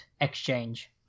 exchange